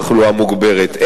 תחלואה מוגברת.